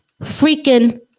freaking